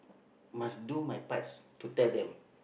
must do my part to tell them